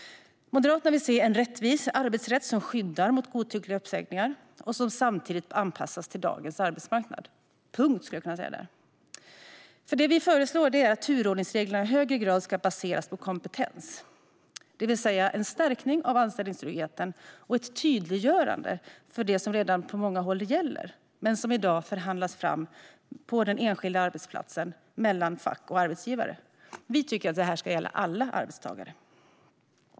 Moderaterna vill se en rättvis arbetsrätt som skyddar mot godtyckliga uppsägningar och som samtidigt anpassas till dagens arbetsmarknad. "Punkt", skulle jag kunna säga där. Det vi föreslår är att turordningsreglerna i högre grad ska baseras på kompetens, det vill säga en förstärkning av anställningstryggheten och ett tydliggörande av det som på många håll redan gäller men som i dag förhandlas fram på den enskilda arbetsplatsen mellan fack och arbetsgivare. Vi tycker att detta ska gälla alla arbetstagare.